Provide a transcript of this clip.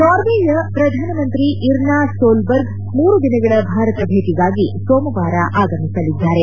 ನಾರ್ವೆಯ ಪ್ರಧಾನಮಂತ್ರಿ Erna Solberg ಮೂರು ದಿನಗಳ ಭಾರತ ಭೇಟಿಗಾಗಿ ಸೋಮವಾರ ಆಗಮಿಸಲಿದ್ದಾರೆ